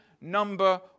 number